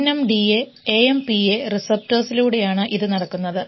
N M D A A M P A receptors ലൂടെയാണ് ഇത് നടക്കുന്നത്